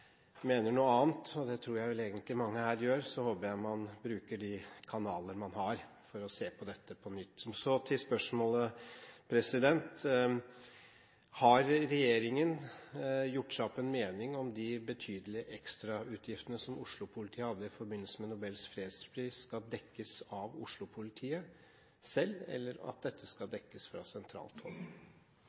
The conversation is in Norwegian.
mener noe annet, og det tror jeg vel egentlig mange her gjør, så håper jeg man bruker de kanaler man har for å se på dette på nytt. Så til spørsmålet: Har regjeringen gjort seg opp en mening om hvorvidt de betydelige ekstrautgiftene som Oslo-politiet hadde i forbindelse med Nobels fredspris, skal dekkes av Oslo-politiet selv, eller skal det dekkes fra sentralt